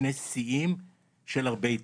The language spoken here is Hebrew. שני שיאים של הרבה התאבדות,